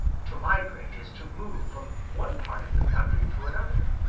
to migrate is to move from one part of the country to another.